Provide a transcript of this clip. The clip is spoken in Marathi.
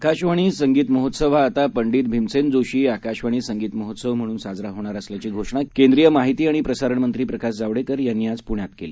आकाशवाणीसंगीतमहोत्सवहाआतापंडितभीमसेनजोशीआकाशवाणीसंगीतमहोत्सवम्हणुनसाजराहोणारअसल्या चीघोषणाकेंद्रीयमाहितीआणिप्रसारणमंत्रीप्रकाशजावडेकरयांनीआजपुण्यातकेली